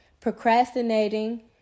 procrastinating